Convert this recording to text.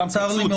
כן.